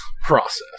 process